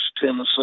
Tennessee